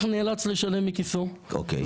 אז הלקוח נאלץ לשלם מכיסו אוקיי.